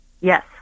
yes